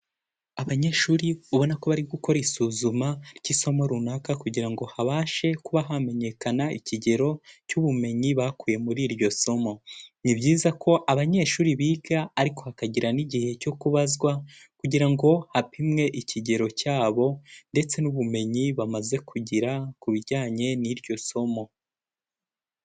Abanyeshuri ubona ko bari gukora isuzuma ry'isomo runaka kugira ngo habashe kuba hamenyekana ikigero cy'ubumenyi bakuye muri iryo somo, ni byiza ko abanyeshuri biga ariko hakagira n'igihe cyo kubazwa kugira ngo hapimwe ikigero cyabo ndetse n'ubumenyi bamaze kugira ku bijyanye n'iryo somo.